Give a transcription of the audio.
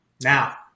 Now